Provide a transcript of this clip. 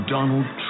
Donald